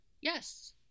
yes